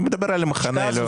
אני מדבר על המחנה.